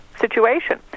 situation